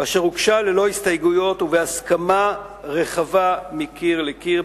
ואשר הוגשה ללא הסתייגויות ובהסכמה רחבה מקיר לקיר,